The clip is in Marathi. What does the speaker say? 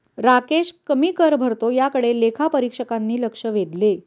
राकेश कमी कर भरतो याकडे लेखापरीक्षकांनी लक्ष वेधले